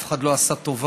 אף אחד לא עשה טובה.